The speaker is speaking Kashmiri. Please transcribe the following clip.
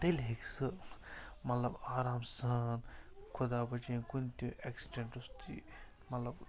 تیٚلہِ ہیٚکہِ سُہ مطلب آرام سان خدا بَچٲیِن کُنہِ تہِ اٮ۪کسِڈٮ۪نٛٹَس مطلب